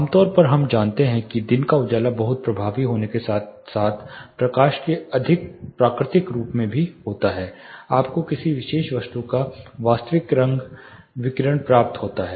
आमतौर पर हम जानते हैं कि दिन का उजाला बहुत प्रभावी होने के साथ साथ प्रकाश के अधिक प्राकृतिक रूप में भी होता है आपको किसी विशेष वस्तु का वास्तविक रंग विकिरण प्राप्त होता है